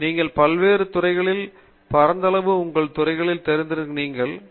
நீங்கள் பல்வேறு துறைகளில் பரந்தளவில் உங்கள் துறைக்குத் தெரிந்திருப்பதை நீங்கள் அறிந்திருக்கிறீர்கள்